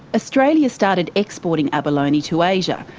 australia started exporting abalone to asia,